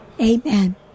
Amen